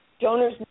donors